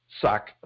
suck